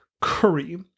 curry